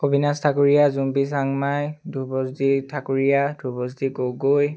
Abinash Thakuria Jumpi Changmai Dhrubajyoti Thakuria Dhrubajyoti Gogoi